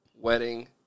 Wedding